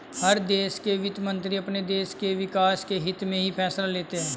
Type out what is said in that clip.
हर देश के वित्त मंत्री अपने देश के विकास के हित्त में ही फैसले लेते हैं